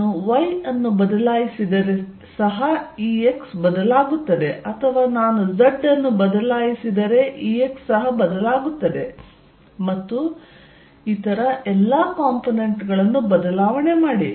ನಾನು y ಅನ್ನು ಬದಲಾಯಿಸಿದರೆ ಸಹ Ex ಬದಲಾಗುತ್ತದೆ ಅಥವಾ ನಾನು z ಅನ್ನು ಬದಲಾಯಿಸಿದರೆ Ex ಸಹ ಬದಲಾಗುತ್ತದೆ ಮತ್ತು ಇತರ ಎಲ್ಲಾ ಕಾಂಪೊನೆಂಟ್ಗಳನ್ನು ಬದಲಾವಣೆ ಮಾಡಿ